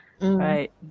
Right